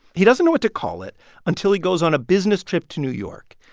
he doesn't know what to call it until he goes on a business trip to new york.